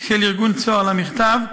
של ארגון "צהר" למכתב,